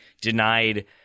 denied